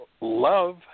love